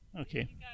okay